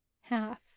half